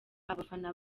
abafana